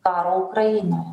karo ukrainoje